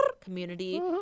community